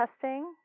testing